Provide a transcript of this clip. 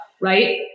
Right